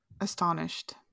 Astonished